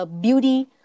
Beauty